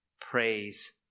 Praise